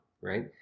right